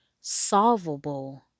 solvable